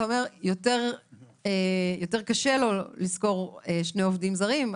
אתה אומר שיותר קשה לו לשכור שני עובדים זרים,